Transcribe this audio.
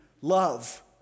love